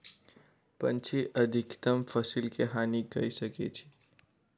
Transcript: पक्षी अधिकतम फसिल के हानि कय सकै छै